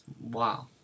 Wow